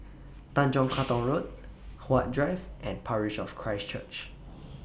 Tanjong Katong Road Huat Drive and Parish of Christ Church